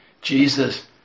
Jesus